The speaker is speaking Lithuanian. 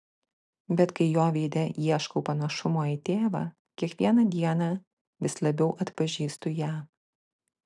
bet kai jo veide ieškau panašumo į tėvą kiekvieną dieną vis labiau atpažįstu ją